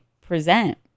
present